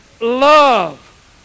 love